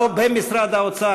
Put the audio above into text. במשרד האוצר,